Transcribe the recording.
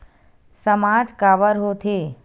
सामाज काबर हो थे?